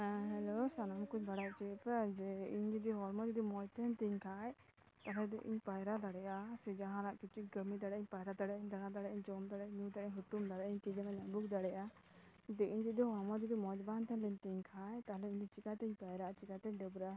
ᱦᱮᱸ ᱦᱮᱞᱳ ᱥᱟᱱᱟᱢ ᱠᱩᱧ ᱵᱟᱲᱟᱭ ᱚᱪᱚᱭ ᱯᱮ ᱡᱮ ᱤᱧ ᱡᱩᱫᱤ ᱦᱚᱲᱢᱚ ᱡᱩᱫᱤ ᱢᱚᱡᱽ ᱛᱟᱦᱮᱱ ᱛᱤᱧ ᱠᱷᱟᱡ ᱛᱟᱦᱚᱞᱮ ᱫᱚ ᱤᱧ ᱯᱟᱭᱨᱟ ᱫᱟᱲᱮᱭᱟᱜᱼᱟ ᱥᱮ ᱡᱟᱦᱟᱱᱟᱜ ᱠᱤᱪᱷᱩ ᱠᱟᱹᱢᱤ ᱫᱟᱲᱮᱭᱟᱜ ᱤᱧ ᱯᱟᱭᱨᱟ ᱫᱟᱲᱮᱭᱟᱜᱼᱟ ᱫᱟᱬᱟ ᱫᱟᱲᱮᱭᱟᱜ ᱤᱧ ᱡᱚᱢ ᱫᱟᱲᱮᱭᱟᱜᱼᱟ ᱢᱤᱫ ᱫᱟᱲᱮᱭᱟᱜ ᱤᱧ ᱦᱩᱛᱩᱢ ᱫᱟᱲᱮᱭᱟᱜᱼᱟ ᱤᱧ ᱠᱮᱡᱟᱧ ᱟᱵᱩᱠ ᱫᱟᱲᱮᱭᱟᱜᱼᱟ ᱤᱧ ᱡᱩᱫᱤ ᱦᱚᱲᱢᱚ ᱡᱩᱫᱤ ᱢᱚᱡᱽ ᱵᱟᱝ ᱛᱟᱦᱮᱱ ᱞᱤᱧ ᱛᱤᱧ ᱠᱷᱟᱡ ᱛᱟᱦᱚᱞᱮ ᱤᱧ ᱪᱤᱠᱟᱹᱛᱮᱧ ᱯᱟᱭᱨᱟᱜᱼᱟ ᱪᱤᱠᱟᱹᱛᱮᱧ ᱰᱟᱹᱵᱽᱨᱟᱹᱜᱼᱟ